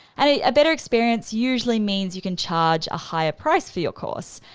and a a better experience usually means you can charge a higher price for your course.